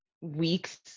weeks